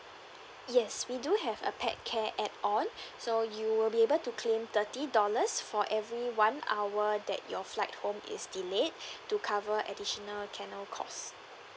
yes we do have a pet care add on so you will be able to claim thirty dollars for every one hour that your flight home is delayed to cover additional kennel cost